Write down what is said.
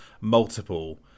multiple